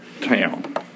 town